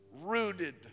rooted